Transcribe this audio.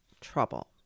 trouble